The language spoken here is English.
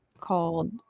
called